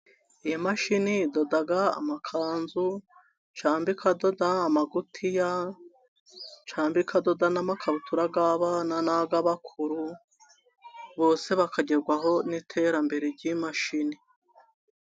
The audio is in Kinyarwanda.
Iyo mashini idoda amakanzu, cyangwa ikadoda amagutiya, cyangwa ikadoda n'amakabutura y'abana, n'ayabakuru bose. Bakagerwaho n'iterambere ry'imashini.